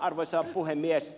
arvoisa puhemies